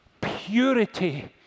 purity